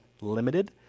limited